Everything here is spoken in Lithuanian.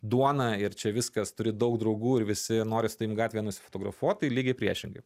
duona ir čia viskas turi daug draugų ir visi nori su tavim gatvėje nusifotografuot tai lygiai priešingai